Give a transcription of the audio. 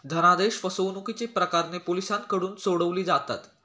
धनादेश फसवणुकीची प्रकरणे पोलिसांकडून सोडवली जातात